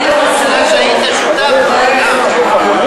שעקרנו אתכם?